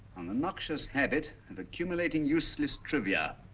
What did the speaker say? on the noxious habit of accumulating useless trivia.